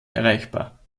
erreichbar